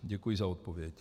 Děkuji za odpověď.